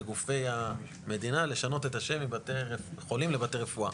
לגופי המדינה לשנות את השם מבתי חולים לבתי רפואה.